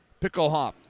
Picklehop